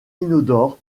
inodore